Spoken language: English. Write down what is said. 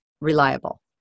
reliable